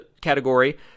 category